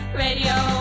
radio